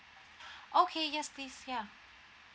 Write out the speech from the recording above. okay yes please ya